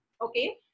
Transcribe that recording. Okay